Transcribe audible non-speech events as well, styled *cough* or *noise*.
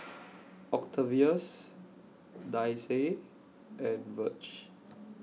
*noise* Octavius Daisye and Virge